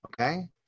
okay